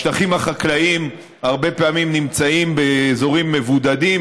השטחים החקלאיים הרבה פעמים נמצאים באזורים מבודדים,